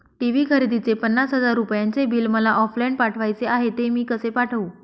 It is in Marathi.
टी.वी खरेदीचे पन्नास हजार रुपयांचे बिल मला ऑफलाईन पाठवायचे आहे, ते मी कसे पाठवू?